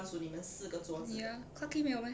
ya clarke quay 没有 meh